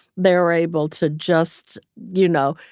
they're able to just, you know,